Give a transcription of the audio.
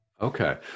Okay